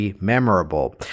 memorable